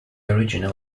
original